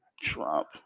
Trump